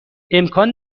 امکان